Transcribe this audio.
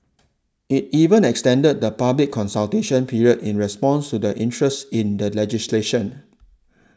it even extended the public consultation period in response to the interest in the legislation